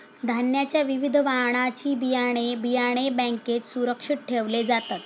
धान्याच्या विविध वाणाची बियाणे, बियाणे बँकेत सुरक्षित ठेवले जातात